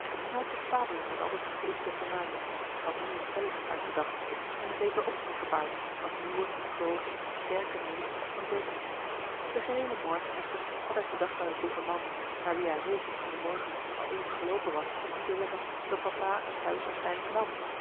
had zich vaderlijk met al dat gebroedsel vermaakt had nieuwe spelletjes uitgedacht en een zeker opzien gebaard als nieuwe groote sterke neef van dertien den geheelen morgen echter had hij gedacht aan den dikken man louis couperus de boeken der kleine zielen naar wien hij heel vroeg in den morgen al even geloopen was om te zeggen dat papa het huis waarschijnlijk nam